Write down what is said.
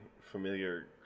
familiar